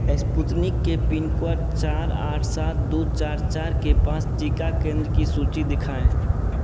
Sputnik के लिए pin code चार आठ सात दो चार चार के पास टीका केंद्र की सूची दिखाएँ